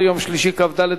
נתקבלה.